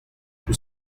tout